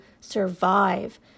survive